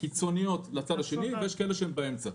קיצוניות לצד השני, ויש כאלה שהן באמצע.